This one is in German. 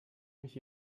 mich